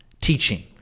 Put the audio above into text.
teaching